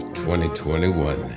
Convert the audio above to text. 2021